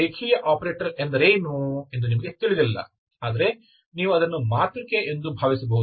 ರೇಖೀಯ ಆಪರೇಟರ್ ಎಂದರೇನು ಎಂದು ನಿಮಗೆ ತಿಳಿದಿಲ್ಲ ಆದರೆ ನೀವು ಅದನ್ನು ಮಾತೃಕೆ ಎಂದು ಭಾವಿಸಬಹುದು